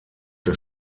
der